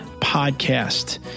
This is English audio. podcast